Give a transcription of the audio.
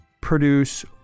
produce